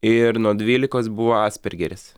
ir nuo dvylikos buvo aspergeris